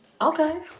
Okay